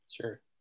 Sure